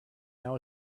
now